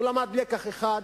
הוא למד לקח אחד,